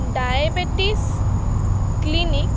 diabetes clinic